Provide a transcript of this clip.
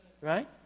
right